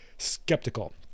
Skeptical